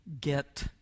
get